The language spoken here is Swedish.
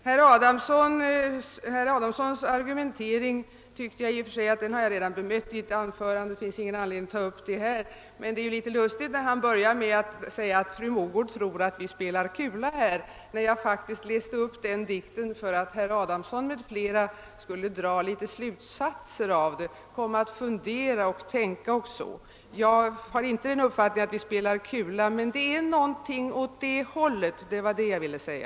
Herr Adamssons argumentering har jag bemött redan i ett tidigare anförande, så det finns ingen anledning att här ta upp den till granskning, men det är lustigt att han säger att jag tror att vi spelar kula här. När jag läste upp dikten gjorde jag det för att herr Adamsson m.fl. skulle dra slutsatser och komma att fundera och tänka. Jag har inte den uppfattningen att vi spelar kula, men det är någonting åt det hållet. Det var detta jag ville säga.